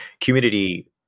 Community